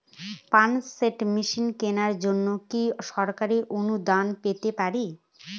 Pump set machine কেনার জন্য কি সরকারি অনুদান পেতে পারি?